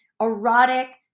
erotic